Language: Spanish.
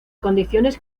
condiciones